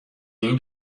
این